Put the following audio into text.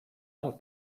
amb